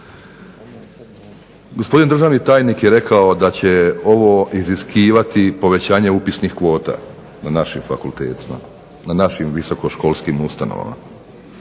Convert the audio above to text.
Gospodin državni tajnik je rekao da će ovo iziskivati povećanje upisnih kvota na našim fakultetima, na našim visokoškolskim ustanovama.